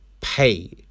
pay